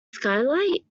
skylight